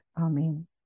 Amen